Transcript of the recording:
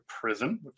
prison